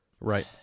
Right